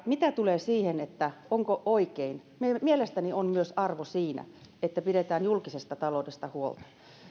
mitä tulee siihen onko oikein mielestäni on arvo myös siinä että pidetään julkisesta taloudesta huolta